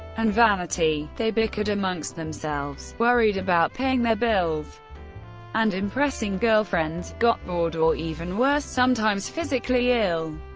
and vanity they bickered amongst themselves, worried about paying their bills and impressing girlfriends, got bored or even were sometimes physically ill.